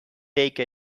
take